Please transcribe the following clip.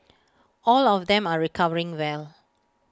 all of them are recovering well